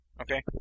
Okay